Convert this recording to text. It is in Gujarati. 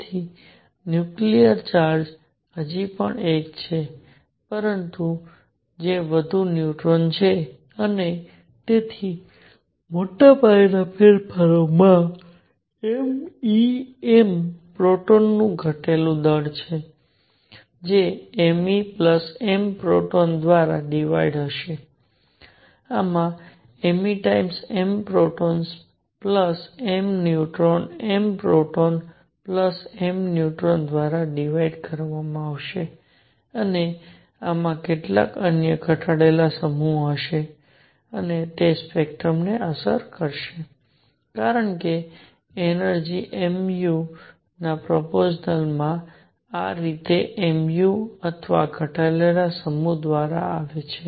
તેથી ન્યુક્લિયર ચાર્જ હજી પણ 1 છે પરંતુ તે વધુ ન્યુટ્રોન છે અને તેથી મોટા પાયે ફેરફારો માં m e m પ્રોટોનનું ઘટેલું દળ હશે જે m e plus m proton દ્વારા ડીવાયડ હશે આમાં m e times m proton plus m neutron m proton plus m neutron દ્વારા ડીવાયડ કરવામાં આવશે અને આમાં કેટલાક અન્ય ઘટાડેલા સમૂહ હશે અને તે સ્પેક્ટ્રમને અસર કરશે કારણ કે એનર્જિ mu ના પ્રપોર્શનલ માં આ આ રીતે mu અથવા ઘટાડેલા સમૂહ દ્વારા છે